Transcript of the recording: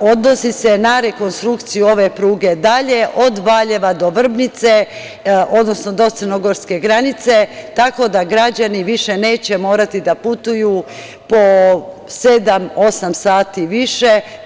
odnosi se na rekonstrukciju ove pruge dalje od Valjeva do Vrbnice, odnosno do crnogorske granice, tako da građani više neće morati da putuju po sedam, osam sati više.